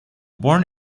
born